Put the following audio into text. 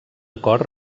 acord